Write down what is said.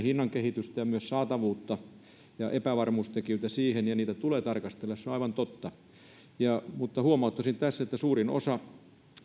hinnan kehitystä ja myös saatavuutta ja epävarmuustekijöitä siihen ja niitä tulee tarkastella se on aivan totta mutta huomauttaisin että suurin osa